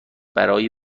برای